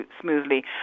smoothly